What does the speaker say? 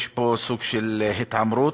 יש פה סוג של התעמרות.